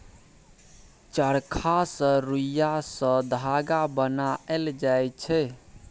चरखा सँ रुइया सँ धागा बनाएल जाइ छै